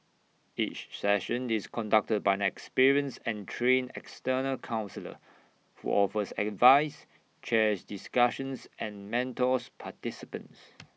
each session is conducted by an experienced and trained external counsellor who offers advice chairs discussions and mentors participants